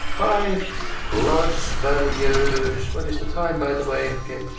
five plus. values what is the time, by the way? ok,